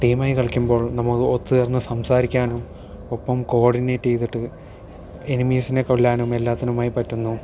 ടീമായി കളിക്കുമ്പോൾ നമുക്ക് ഒത്തുചേർന്ന് സംസാരിക്കാനും ഒപ്പം കോഡിനേറ്റ് ചെയ്തിട്ട് എനിമീസിനെ കൊല്ലാനും എല്ലാത്തിനുമായി പറ്റുന്നു